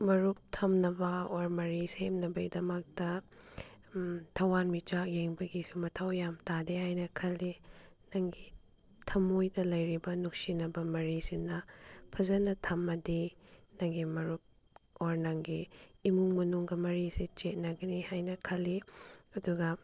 ꯃꯔꯨꯞ ꯊꯝꯅꯕ ꯑꯣꯔ ꯃꯔꯤ ꯁꯦꯝꯅꯕꯩꯗꯃꯛꯇ ꯊꯋꯥꯟ ꯃꯤꯆꯥꯛ ꯌꯦꯡꯕꯒꯤꯁꯨ ꯃꯊꯧ ꯌꯥꯝ ꯇꯥꯗꯦ ꯍꯥꯏꯅ ꯈꯜꯂꯤ ꯅꯪꯒꯤ ꯊꯝꯃꯣꯏꯗ ꯂꯩꯔꯤꯕ ꯅꯨꯡꯁꯤꯅꯕ ꯃꯔꯤꯁꯤꯅ ꯐꯖꯅ ꯊꯝꯃꯗꯤ ꯅꯪꯒꯤ ꯃꯔꯨꯞ ꯑꯣꯔ ꯅꯪꯒꯤ ꯏꯃꯨꯡ ꯃꯅꯨꯡꯒ ꯃꯔꯤꯁꯦ ꯆꯦꯠꯅꯒꯅꯤ ꯍꯥꯏꯅ ꯈꯜꯂꯤ ꯑꯗꯨꯒ